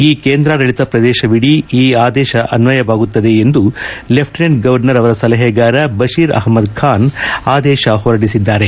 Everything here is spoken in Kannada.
ಈ ಕೇಂದ್ರಾಡಳಿತ ಪ್ರದೇಶವಿದೀ ಈ ಆದೇಶ ಅನ್ಲಯವಾಗುತ್ತದೆ ಎಂದು ಲೆಫ್ಲಿನೆಂಟ್ ಗವರ್ನರ್ ಅವರ ಸಲಹೆಗಾರ ಬಶೀರ್ ಅಹಮ್ಮದ್ ಖಾನ್ ಆದೇಶ ಹೊರಡಿಸಿದ್ದಾರೆ